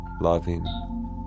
loving